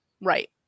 Right